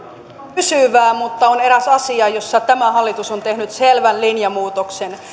pysyvää mutta on eräs asia jossa tämä hallitus on tehnyt selvän linjamuutoksen